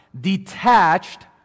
detached